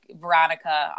veronica